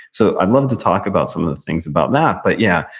so i'd love to talk about some of the things about that, but yeah.